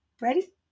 ready